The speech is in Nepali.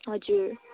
हजुर